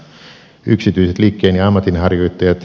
yksityiset liikkeen ja ammatinharjoittajat